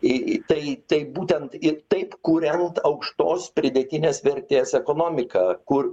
į į tai taip būtent ir taip kuriant aukštos pridėtinės vertės ekonomiką kur